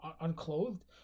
unclothed